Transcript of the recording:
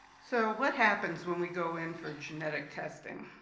so, what happens when we go in for genetic testing?